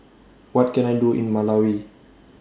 What Can I Do in Malawi